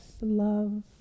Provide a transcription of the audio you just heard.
love